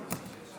לפיכך